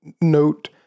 note